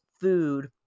food